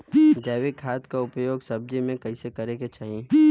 जैविक खाद क उपयोग सब्जी में कैसे करे के चाही?